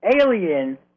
alien